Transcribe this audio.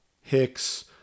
Hicks